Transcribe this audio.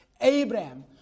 Abraham